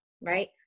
right